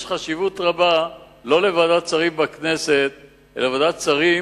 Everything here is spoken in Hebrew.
יש חשיבות רבה לא לוועדת שרים בכנסת אלא לוועדת שרים